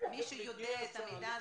מי שיודע את המידע הזה,